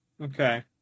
Okay